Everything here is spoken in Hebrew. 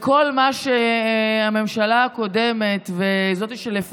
כל מה שהממשלה הקודמת וזאת שהייתה